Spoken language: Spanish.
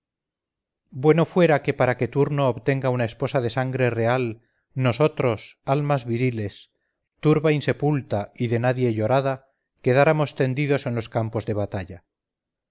bueno fuera que para que turno obtenga una esposa de sangre real nosotros almas viriles turba insepulta y de nadie llorada quedáramos tendidos en los campos de batalla